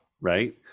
right